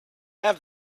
have